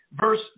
Verse